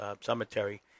cemetery